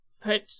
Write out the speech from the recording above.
put